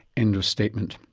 end of statement.